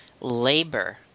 labor